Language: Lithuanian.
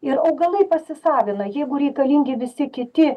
ir augalai pasisavina jeigu reikalingi visi kiti